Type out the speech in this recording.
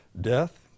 death